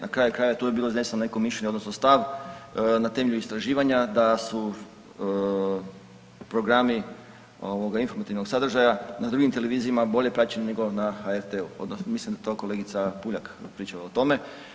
Na kraju krajeva tu je bilo izneseno neko mišljenje, odnosno stav na temelju istraživanja da su programi informativnog sadržaja na drugim televizijama bolje praćeni nego na HRT-u, mislim da je to kolegica Puljak pričala o tome.